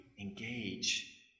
engage